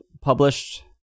published